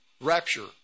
rapture